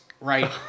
right